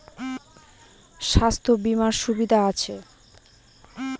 স্বাস্থ্য বিমার সুবিধা আছে?